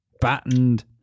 battened